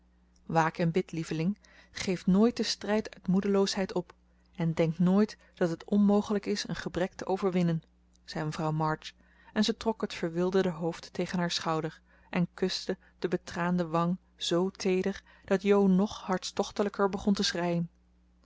waak en bid lieveling geef nooit den strijd uit moedeloosheid op en denk nooit dat het onmogelijk is een gebrek te overwinnen zei mevrouw march en ze trok het verwilderde hoofd tegen haar schouder en kuste de betraande wang zoo teeder dat jo nog hartstochtelijker begon te schreien